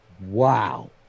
Wow